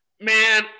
Man